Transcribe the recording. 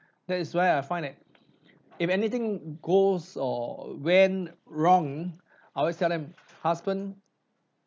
that is why I find that if anything goes or went wrong I always tell them husband